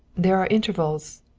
there are intervals